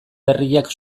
berriak